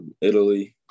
Italy